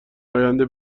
آینده